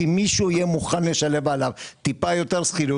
כי מישהו יהיה מוכן עליו שכירות טיפה יותר גבוהה,